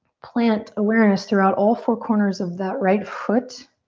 plant awareness throughout all four corners of that right foot.